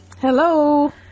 Hello